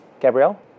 Gabrielle